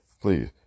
please